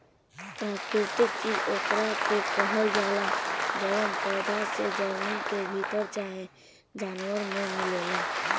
प्राकृतिक चीज ओकरा के कहल जाला जवन पौधा से, जमीन के भीतर चाहे जानवर मे मिलेला